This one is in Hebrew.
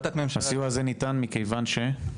הסיוע הזה ניתן מכיוון שמה?